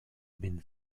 been